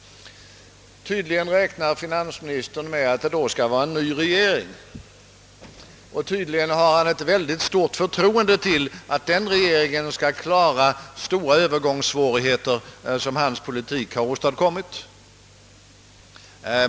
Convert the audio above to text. Tydligen räknar finansministern med att vi då skall ha en ny regering. Och tydligen har han ett väldigt stort förtroende för den regeringens förmåga att klara de betydande övergångssvårigheter som hans politik åstadkommer.